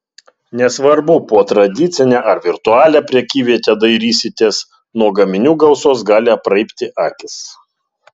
nesvarbu po tradicinę ar virtualią prekyvietę dairysitės nuo gaminių gausos gali apraibti akys